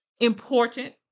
important